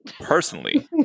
personally